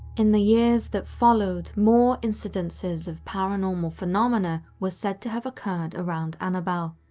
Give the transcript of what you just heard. in the years that followed, more incidences of paranormal phenomena were said to have occurred around annabelle,